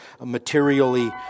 materially